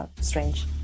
strange